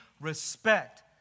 respect